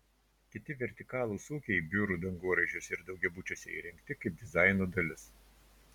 kiti vertikalūs ūkiai biurų dangoraižiuose ir daugiabučiuose įrengti kaip dizaino dalis